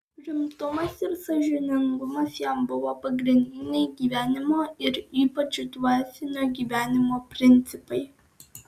rimtumas ir sąžiningumas jam buvo pagrindiniai gyvenimo ir ypač dvasinio gyvenimo principai